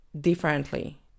differently